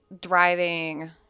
driving